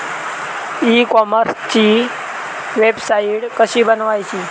E कॉमर्सची website कशी बनवची?